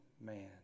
man